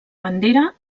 bandera